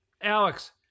Alex